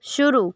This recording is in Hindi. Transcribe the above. शुरू